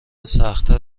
سختتر